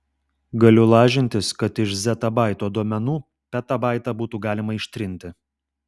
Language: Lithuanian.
galiu lažintis kad iš zetabaito duomenų petabaitą būtų galima ištrinti